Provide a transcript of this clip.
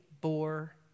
bore